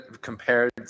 compared